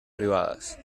privadas